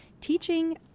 teaching